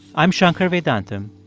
i'm shankar vedantam,